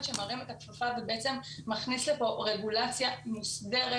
שמרים את הכפפה ובעצם מכניס לפה רגולציה מוסדרת,